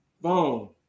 boom